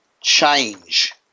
change